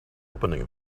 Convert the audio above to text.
opening